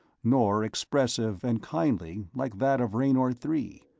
nor expressive and kindly like that of raynor three.